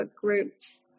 groups